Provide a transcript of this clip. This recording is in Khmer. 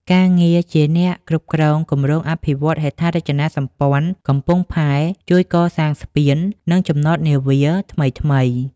ការងារជាអ្នកគ្រប់គ្រងគម្រោងអភិវឌ្ឍន៍ហេដ្ឋារចនាសម្ព័ន្ធកំពង់ផែ ជួយកសាងស្ពាន និងចំណតនាវាថ្មីៗ។